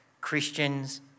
Christians